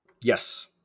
Yes